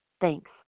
Thanks